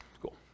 cool